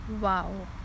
Wow